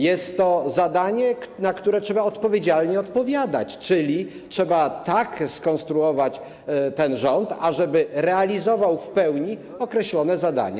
Jest to zadanie, na które trzeba odpowiedzialnie odpowiadać, czyli trzeba tak skonstruować ten rząd, ażeby realizował w pełni określone zadanie.